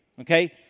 Okay